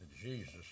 Jesus